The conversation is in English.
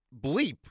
bleep